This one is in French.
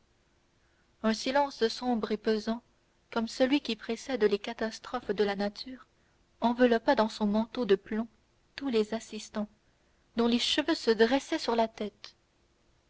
un silence sombre et pesant comme celui qui précède les catastrophes de la nature enveloppa dans son manteau de plomb tous les assistants dont les cheveux se dressaient sur la tête